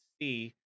see